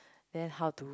then how to